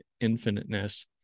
infiniteness